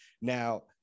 Now